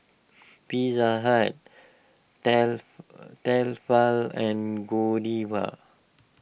Pizza Hut tel Tefal and Godiva